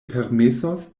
permesos